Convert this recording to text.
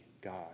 God